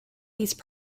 these